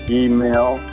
email